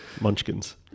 munchkins